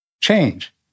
Change